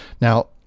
Now